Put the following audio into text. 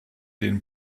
den